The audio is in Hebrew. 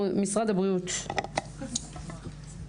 הבריאות בבקשה.